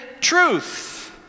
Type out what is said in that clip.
truth